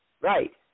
Right